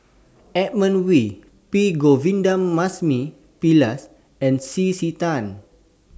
Edmund Wee P Govindasamy Pillai and C C Tan